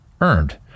earned